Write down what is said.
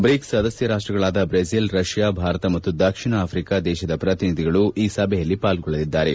BRIC ಸದಸ್ಯ ರಾಷ್ಷಗಳಾದ Brazil Russia Bharat ಮತ್ತು ದಕ್ಷಿಣ ಆಫ್ರಿಕಾ ದೇಶದ ಪ್ರತಿನಿಧಿಗಳು ಪಾಲ್ಗೊಳ್ಳಲಿದ್ದಾರೆ